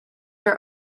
are